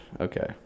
Okay